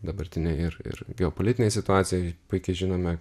dabartinėj ir ir geopolitinėj situacijoj puikiai žinome